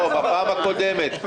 בפעם הקודמת.